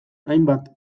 hainbat